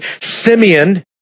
Simeon